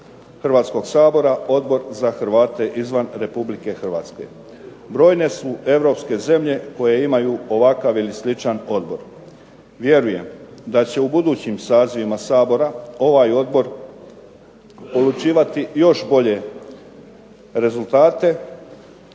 Hrvatskoga sabora, Odbor za Hrvate izvan Republike Hrvatske. Brojne su europske zemlje koje imaju ovakav ili sličan odbor. Vjerujem da će u budućim sazivima Sabora ovaj odbor polučivati još bolje rezultate